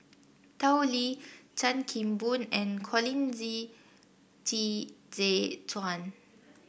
Tao Li Chan Kim Boon and Colin Zi Qi Zhe Quan